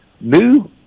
new